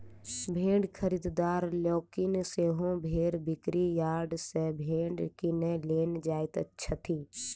भेंड़ खरीददार लोकनि सेहो भेंड़ बिक्री यार्ड सॅ भेंड़ किनय लेल जाइत छथि